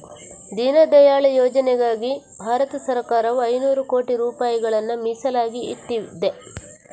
ದೀನ್ ದಯಾಳ್ ಯೋಜನೆಗಾಗಿ ಭಾರತ ಸರಕಾರವು ಐನೂರು ಕೋಟಿ ರೂಪಾಯಿಗಳನ್ನ ಮೀಸಲಾಗಿ ಇಟ್ಟಿದೆ